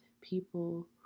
people